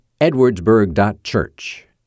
edwardsburg.church